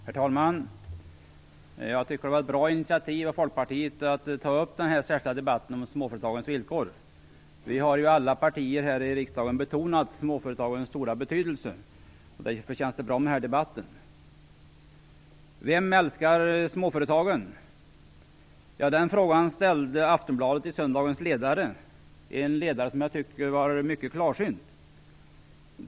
Herr talman! Jag tycker att det var ett bra initiativ av Folkpartiet att begära den här särskilda debatten om småföretagens villkor. Alla partier här i riksdagen har betonat småföretagens stora betydelse, och därför känns det bra med den här debatten. Vem älskar småföretagen? Den frågan ställde Aftonbladet i söndagens ledarspalt, och jag tycker att skribenten var mycket klarsynt.